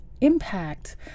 impact